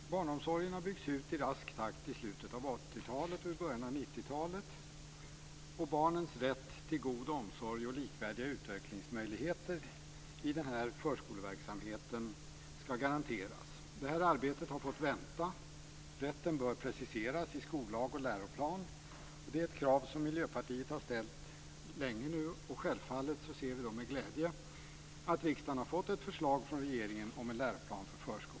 Fru talman! Barnomsorgen har byggts ut i rask takt i slutet av 80-talet och i början av 90-talet. Barnens rätt till god omsorg och likvärdiga utvecklingsmöjligheter i förskoleverksamheten skall garanteras. Detta arbete har fått vänta. Rätten bör preciseras i skollag och läroplan. Det är ett krav som Miljöpartiet har ställt länge nu. Självfallet ser vi med glädje att riksdagen har fått ett förslag från regeringen om en läroplan för förskolan.